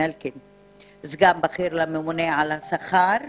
סגן בכיר לממונה על השכר באוצר.